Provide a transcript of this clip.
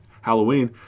Halloween